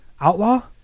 Outlaw